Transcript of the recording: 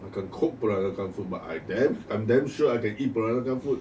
I can't cook peranakan food but I damn I'm damn sure I can eat peranakan food